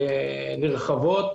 בסמכויות נרחבות,